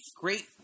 Great